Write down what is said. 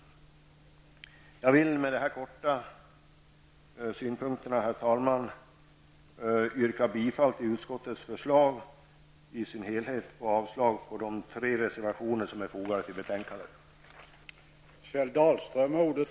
Herr talman! Med dessa kortfattade synpunkter vill jag yrka bifall till utskottets hemställan i dess helhet och avslag på de tre reservationer som är fogade till betänkandet.